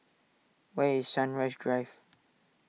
where is Sunrise Drive